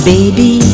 Baby